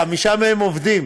חמישה מהם עובדים.